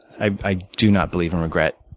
i do not believe in regret.